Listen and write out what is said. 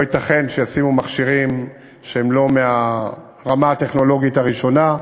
לא ייתכן שישימו מכשירים שהם לא מהרמה הטכנולוגית הראשונה,